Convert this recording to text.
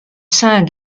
saints